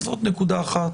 זאת נקודה אחת.